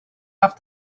have